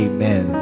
Amen